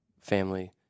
family